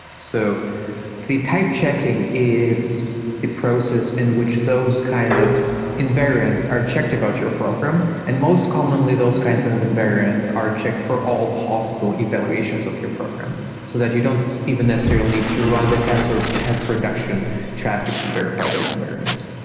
so the type checking is a process in which those kind of invariance are checked about your program, and most commonly those kinds of of invariance are checked for all possible evaluations of your program so you don't even necessarily need to run the test or have production traffic to verify those variance.